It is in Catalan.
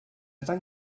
tant